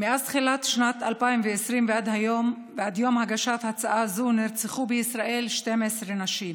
מאז תחילת שנת 2020 ועד יום הגשת הצעה זו נרצחו בישראל 12 נשים,